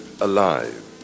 alive